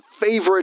favorite